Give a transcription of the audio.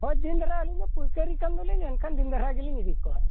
ᱦᱳᱭ ᱫᱤᱱ ᱫᱷᱟᱨᱟ ᱟᱹᱞᱤᱧ ᱫᱚ ᱯᱟᱹᱭᱠᱟᱹᱨᱠᱟᱹᱨ ᱠᱟᱱ ᱫᱚᱞᱤᱧ ᱮᱱᱠᱷᱟᱱ ᱫᱤᱱ ᱫᱷᱟᱨᱟ ᱜᱮᱞᱤᱧ ᱤᱫᱤ ᱠᱚᱣᱟ